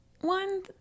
one